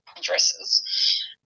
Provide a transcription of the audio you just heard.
dresses